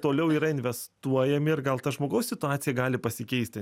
toliau yra investuojami ir gal ta žmogaus situacija gali pasikeisti